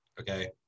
okay